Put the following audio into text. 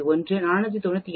1 498